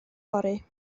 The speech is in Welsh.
fory